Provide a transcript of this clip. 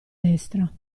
destra